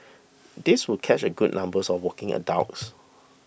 this would catch a good numbers of working adults